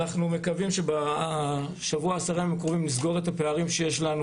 אנחנו מקווים שבשבוע-עשרה ימים הקרובים נסגור את הפערים שיש לנו